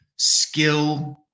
Skill